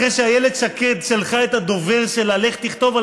אחרי שאיילת שקד שלחה את הדובר שלה: לך תכתוב על